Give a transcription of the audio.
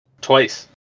Twice